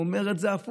הוא אומר את זה הפוך,